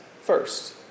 first